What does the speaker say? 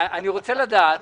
אדוני,